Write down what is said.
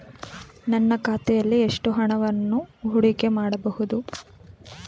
ನನ್ನ ಖಾತೆಯಲ್ಲಿ ಎಷ್ಟು ಹಣವನ್ನು ಹೂಡಿಕೆ ಮಾಡಬಹುದು?